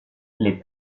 les